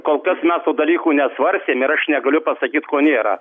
kol kas mes tų dalykų nesvarstėm ir aš negaliu pasakyt ko nėra